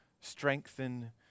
strengthen